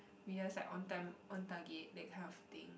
we just like own time own target that kind of thing